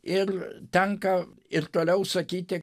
ir tenka ir toliau sakyti